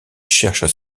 cherchent